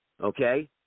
Okay